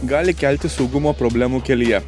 gali kelti saugumo problemų kelyje